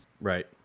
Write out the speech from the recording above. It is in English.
Right